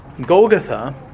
Golgotha